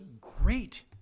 great